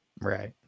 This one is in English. Right